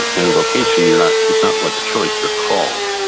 ah in a vocation, you're not you're not like a choice, you're called.